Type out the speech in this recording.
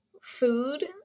food